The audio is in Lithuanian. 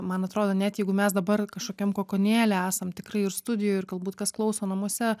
man atrodo net jeigu mes dabar kažkokiam kokonėly esam tikrai ir studijoj ir galbūt kas klauso namuose